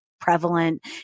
Prevalent